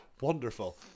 wonderful